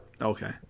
Okay